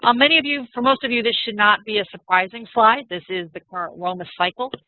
um many of you for most of you this should not be a surprising slide. this is the current roma cycle.